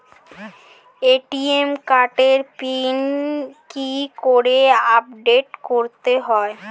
ATM কার্ডের pin কি করে আপডেট করতে হয়?